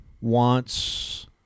wants